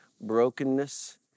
brokenness